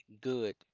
good